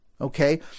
Okay